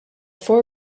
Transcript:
four